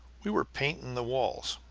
we were painting the walls.